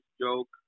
joke